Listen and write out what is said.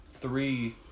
three